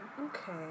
okay